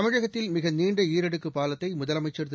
தமிழகத்தில் மிக நீண்ட ஈரடுக்கு பாலத்தை முதலமைச்சர் திரு